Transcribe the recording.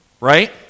Right